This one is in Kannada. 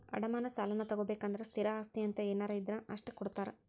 ಅಡಮಾನ ಸಾಲಾನಾ ತೊಗೋಬೇಕಂದ್ರ ಸ್ಥಿರ ಆಸ್ತಿ ಅಂತ ಏನಾರ ಇದ್ರ ಅಷ್ಟ ಕೊಡ್ತಾರಾ